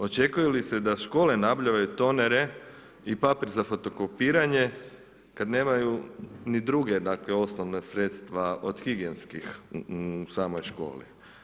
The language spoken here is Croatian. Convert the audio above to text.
Očekuje li se da škole nabavljaju tonere i papir za fotokopiranje kad nemaju ni druga dakle osnovna sredstva od higijenskih u samoj školi?